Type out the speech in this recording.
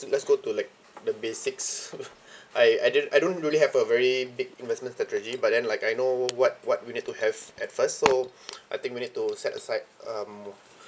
let's go to like the basics I I didn't I don't really have a very big investment strategy but then like I know what what we need to have at first so I think we need to set aside um